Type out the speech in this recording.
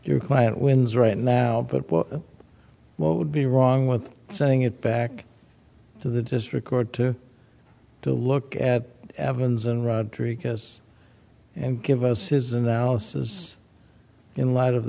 your client wins right now but what would be wrong with saying it back to the just record to to look at evans and rodriguez and give us his analysis in light of